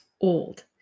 old